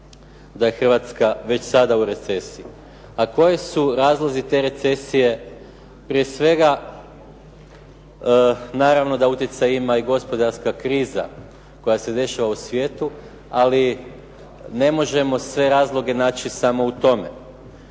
da je Hrvatska već sada u recesiji. A koji su razlozi te recesije prije svega naravno da utjecaj ima i gospodarska kriza koja se dešava u svijetu, ali ne možemo sve razloge naći samo u tome.